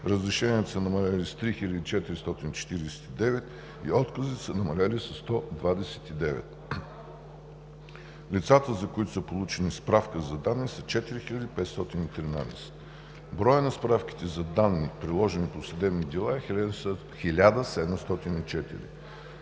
разрешенията са намелели с 3449 и отказите са намалели с 129. Лицата, за които са получени справка за данни, са 4 513. Броят на справките за данни, приложени по съдебни дела, е 1704.